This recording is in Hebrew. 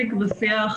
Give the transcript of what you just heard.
שיג ושיח,